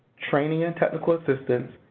training and technical assistance,